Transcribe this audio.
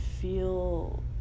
feel